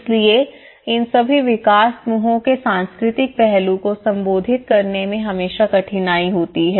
इसलिए इन सभी विकास समूहों के सांस्कृतिक पहलू को संबोधित करने में हमेशा कठिनाई होती है